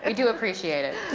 ah do appreciate it.